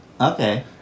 Okay